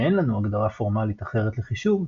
ואין לנו הגדרה פורמלית אחרת לחישוב,